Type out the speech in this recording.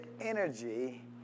energy